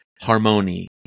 harmony